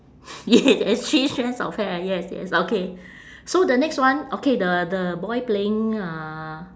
yes there's three strands of hair yes yes okay so the next one okay the the boy playing uh